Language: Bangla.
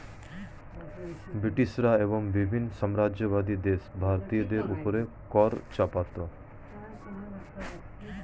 ব্রিটিশরা এবং বিভিন্ন সাম্রাজ্যবাদী দেশ ভারতীয়দের উপর কর চাপাতো